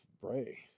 Bray